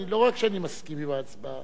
לא רק שאני מסכים עם ההצבעה,